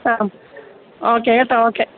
ആ ആ ഓക്കെ കേട്ടോ ഓക്കെ